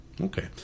okay